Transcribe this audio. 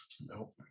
nope